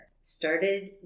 started